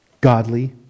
godly